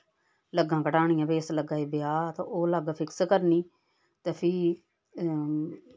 लग्गां कडानियां भाई इस लग्गा ई ब्याह् ऐ ते ओह् लग्ग फिक्स करनी ते फ्ही